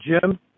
Jim